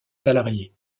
salariés